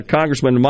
Congressman